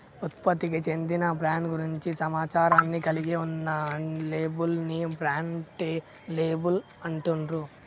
ఉత్పత్తికి చెందిన బ్రాండ్ గురించి సమాచారాన్ని కలిగి ఉన్న లేబుల్ ని బ్రాండ్ లేబుల్ అంటుండ్రు